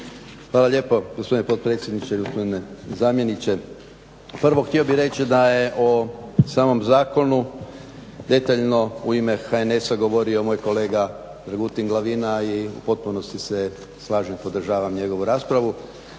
Hvala lijepo gospodine potpredsjedniče, gospodine zamjeniče. Prvo htio bih reći da je o samom zakonu detaljno u ime HNS-a govorio moj kolega Dragutin Glavina i u potpunosti se slažem, podržavam njegovu raspravu.